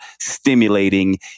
stimulating